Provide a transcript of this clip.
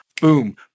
boom